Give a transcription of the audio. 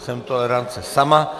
Jsem tolerance sama.